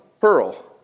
pearl